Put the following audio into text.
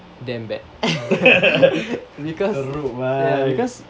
damn bad because ya because